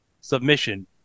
Submission